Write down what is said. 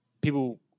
people